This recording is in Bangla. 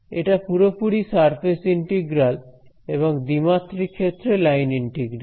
এটা পুরোপুরি সারফেস ইন্টিগ্রাল এবং দ্বিমাত্রিক ক্ষেত্রে লাইন ইন্টিগ্রাল